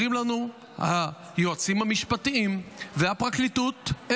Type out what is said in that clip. אומרים לנו היועצים המשפטיים והפרקליטות: